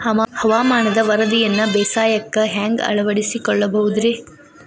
ಹವಾಮಾನದ ವರದಿಯನ್ನ ಬೇಸಾಯಕ್ಕ ಹ್ಯಾಂಗ ಅಳವಡಿಸಿಕೊಳ್ಳಬಹುದು ರೇ?